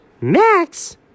Max